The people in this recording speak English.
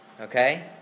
Okay